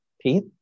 Pete